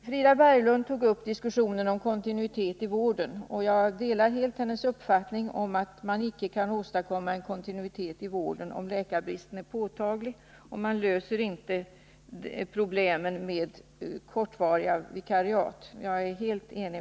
Frida Berglund tog upp diskussionen om kontinuitet i vården. Jag delar helt hennes uppfattning att man inte kan åstadkomma en kontinuitet i vården om läkarbristen är påtaglig och att man inte löser problemen med kortvariga vikariat.